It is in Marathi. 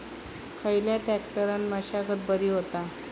खयल्या ट्रॅक्टरान मशागत बरी होता?